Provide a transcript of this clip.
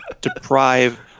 deprive